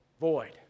void